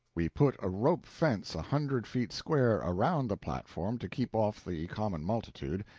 we put a rope fence a hundred feet square around the platform to keep off the common multitude,